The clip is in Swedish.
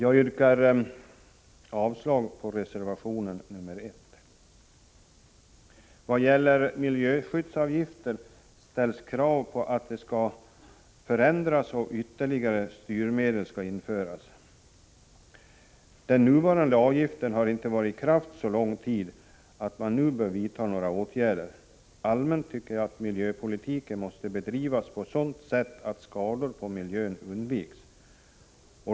I vad gäller miljöskyddsavgifter ställs krav på att de skall förändras och att 20 november 1985 ytterligare styrmedel skall införas. Den nuvarande avgiften har inte varit i kraft så lång tid att man nu bör vidta några åtgärder. Allmänt tycker jag att miljöpolitiken måste bedrivas på sådant sätt att skador på miljön undviks.